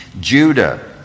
Judah